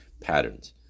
patterns